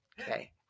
Okay